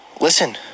Listen